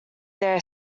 their